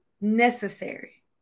necessary